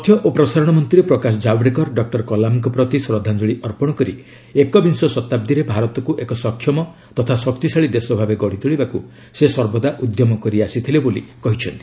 ତଥ୍ୟ ଓ ପ୍ରସାରଣ ମନ୍ତ୍ରୀ ପ୍ରକାଶ ଜାବଡେକର ଡକ୍କର କଲାମଙ୍କ ପ୍ରତି ଶ୍ରଦ୍ଧାଞ୍ଜଳି ଅର୍ପଣ କରି ଏକବିଂଶ ଶତାବ୍ଦୀରେ ଭାରତକୁ ଏକ ସକ୍ଷମ ତଥା ଶକ୍ତିଶାଳୀ ଦେଶ ଭାବେ ଗଢ଼ିତୋଳିବାକୁ ସେ ସର୍ବଦା ଉଦ୍ୟମ କରିଆସିଥିଲେ ବୋଲି କହିଛନ୍ତି